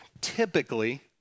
typically